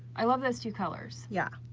i love those two colors. yeah,